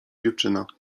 dziewczyna